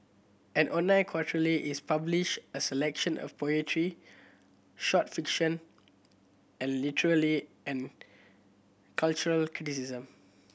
an online is publish a selection of poetry short fiction and and cultural criticism